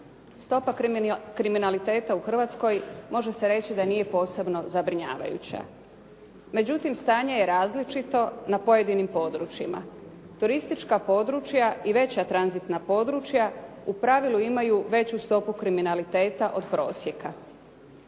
stopa kriminaliteta u Hrvatskoj može se reći da nije posebno zabrinjavajuća. Međutim, stanje je različito na pojedinim područjima. Turistička područja i veća tranzitna područja u pravilu imaju veću stopu kriminaliteta od prosjeka.